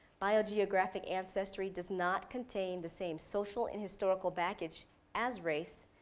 biogeographic ancestry does not contain the same social and historical package as race,